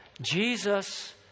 Jesus